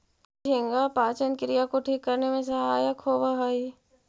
झींगा पाचन क्रिया को ठीक करने में सहायक होवअ हई